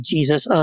Jesus